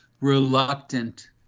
reluctant